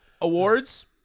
awards